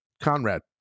conrad